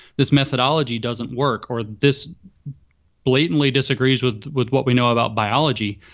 this methodology doesn't work, or this blatantly disagrees with with what we know about biology.